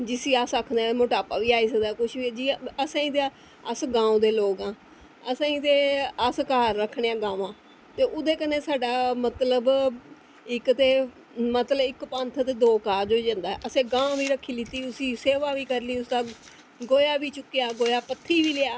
जिसी अस आक्खनै मोटापा बी आई सकदा जिसी अस आक्खनै ते अस घर आक्खनै आं गावा ते ओह्दे कन्नै साढ़ा मतलब ते मतलब कि इक्क पंथ ते दो काज होई जंदे ते असें गां बी रक्खी लेई ते उसदी सेवा बी करी लेई गोहा बी चुक्की लैआ ते पत्थी बी लेआ